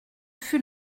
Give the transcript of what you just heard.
fut